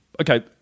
Okay